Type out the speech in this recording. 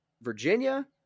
Virginia